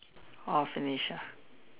all finish lah